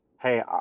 hey